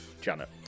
Janet